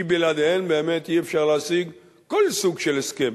כי בלעדיהן באמת אי-אפשר להשיג כל סוג של הסכם,